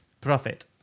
profit